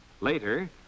Later